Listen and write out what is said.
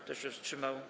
Kto się wstrzymał?